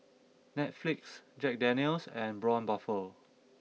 Netflix Jack Daniel's and Braun Buffel